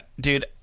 dude